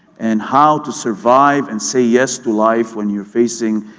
and how to survive and say, yes, to life when you're facing